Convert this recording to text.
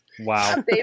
Wow